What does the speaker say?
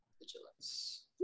Vigilance